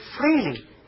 freely